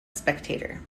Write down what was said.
spectator